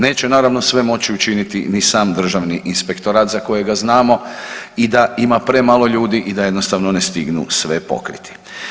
Neće naravno moći učiniti ni sam državni inspektorat za kojega znamo i da ima premalo ljudi i da jednostavno ne stignu sve pokriti.